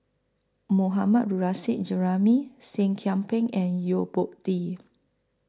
Mohammad Nurrasyid Juraimi Seah Kian Peng and Yo Po Tee